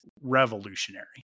revolutionary